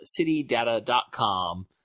citydata.com